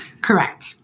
correct